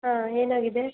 ಹಾಂ ಏನಾಗಿದೆ